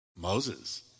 Moses